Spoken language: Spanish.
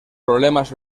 problemas